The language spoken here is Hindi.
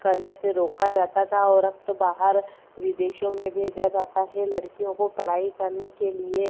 करने से रोका जाता था और अब तो बाहर विदेशों में भेजा जाता है लड़कियों को पढ़ाई करने के लिए